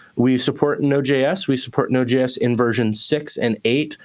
we support node js. we support node js in version six and eight.